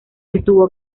estuvo